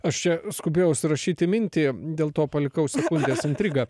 aš čia skubėjau užsirašyti mintį dėl to palikau sekundės intrigą